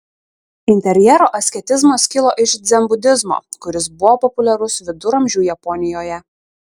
interjero asketizmas kilo iš dzenbudizmo kuris buvo populiarus viduramžių japonijoje